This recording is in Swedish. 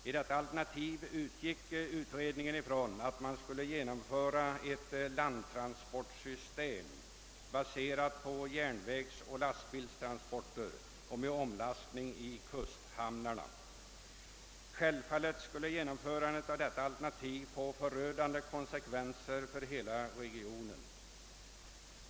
I detta alternativ utgick utredningen från att man skulle införa ett landtransportsystem, baserat på järnvägsoch lastbilstransporter med omlastning i kusthamnarna. Självfallet skulle ett genomförande av detta alternativ få förödande konsekvenser för hela regionen.